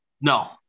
No